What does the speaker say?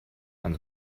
and